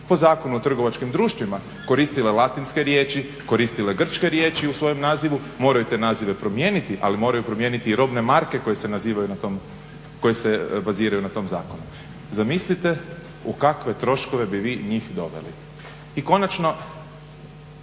po Zakonu o trgovačkim društvima koristile latinske riječi, koristile grčke riječi u svojem nazivu moraju te nazive promijeniti, ali moraju promijeniti i robne marke koje se baziraju na tom zakonu. Zamislite u kakve troškove bi vi njih doveli. I konačno,